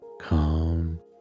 calm